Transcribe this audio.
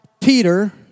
Peter